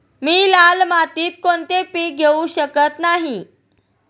मी लाल मातीत कोणते पीक घेवू शकत नाही?